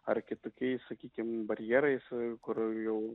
ar kitokiais sakykim barjerais kur jau